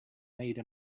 made